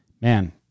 man